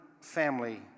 family